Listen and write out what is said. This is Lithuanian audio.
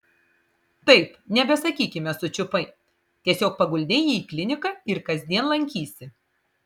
taip nebesakykime sučiupai tiesiog paguldei jį į kliniką ir kasdien lankysi